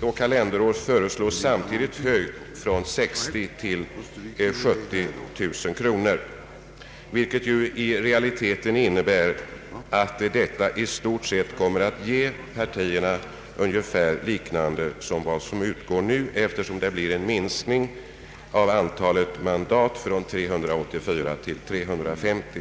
och kalenderår föreslås samtidigt höjt från 60 000 till 70 000 kronor, vilket i realiteten innebär att partierna i stort sett kommer att få lika mycket som nu, eftersom det blir en minskning av antalet mandat från 384 till 350.